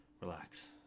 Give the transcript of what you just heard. relax